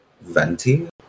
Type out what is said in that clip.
Venti